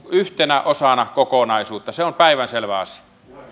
yhtenä osana kokonaisuutta se on päivänselvä asia